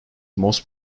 most